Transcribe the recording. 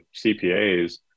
CPAs